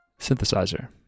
synthesizer